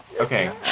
okay